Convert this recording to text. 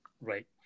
Right